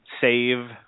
save